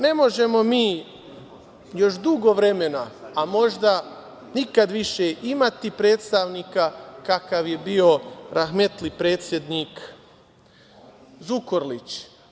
Ne možemo mi još dugo vremena, a možda i nikada više, imati predstavnika kakav je bio rahmetli predsednik Zukorlić.